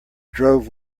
drove